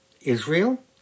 Israel